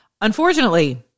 Unfortunately